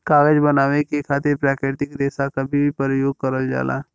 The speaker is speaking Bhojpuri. कागज बनावे के खातिर प्राकृतिक रेसा क भी परयोग करल जाला